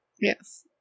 Yes